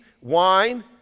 wine